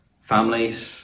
families